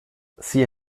sie